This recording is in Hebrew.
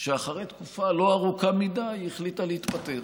שאחרי תקופה לא ארוכה מדי היא החליטה להתפטר.